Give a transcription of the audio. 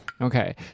Okay